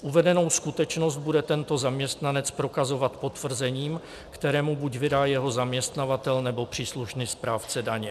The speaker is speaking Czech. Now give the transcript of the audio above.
Uvedenou skutečnost bude tento zaměstnanec prokazovat potvrzením, které mu vydá buď jeho zaměstnavatel, nebo příslušný správce daně.